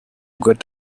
got